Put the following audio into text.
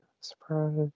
surprise